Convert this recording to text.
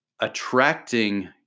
attracting